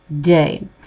day